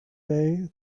day